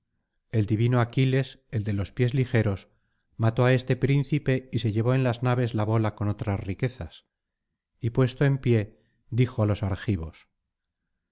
el divino aquiles el de los pies ligeros mató á este príncipe y se llevó en las naves la bola con otras riquezas y puesto en pie dijo á los argivos